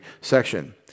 section